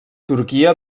turquia